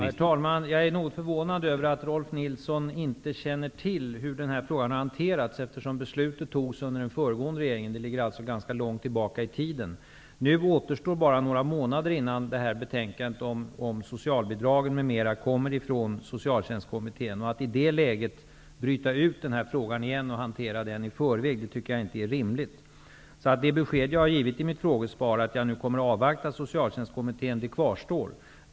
Herr talman! Jag är något förvånad över att Rolf L Nilson inte känner till hur frågan hanterats. Beslut fattades ju under den föregående regeringen, alltså ganska långt tillbaka i tiden. Nu återstår bara några månader tills betänkandet om socialbidrag m.m. kommer från socialtjänstkommittén. Att i det läget bryta ut frågan igen och hantera den i förväg tycker jag inte är rimligt. Det besked som jag har givit i mitt frågesvar, att jag nu kommer att avvakta socialtjänstkommitténs arbete, kvarstår.